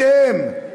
אתם,